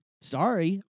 Sorry